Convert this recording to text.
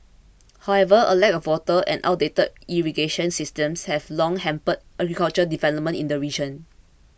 however a lack of water and outdated irrigation systems have long hampered agricultural development in the region